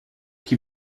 que